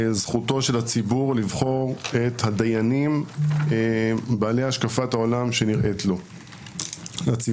זכותו של הציבור לבחור את הדיינים בעלי השקפת העולם שנראית לו מהציבור,